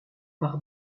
par